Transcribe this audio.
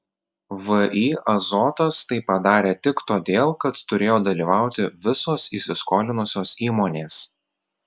vį azotas tai padarė tik todėl kad turėjo dalyvauti visos įsiskolinusios įmonės